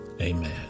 amen